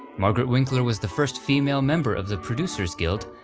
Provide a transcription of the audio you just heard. margaret winkler was the first female member of the producer's guild,